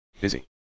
Busy